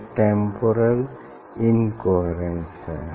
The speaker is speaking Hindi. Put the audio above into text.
यह टेम्पोरल इनकोहेरेन्स है